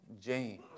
James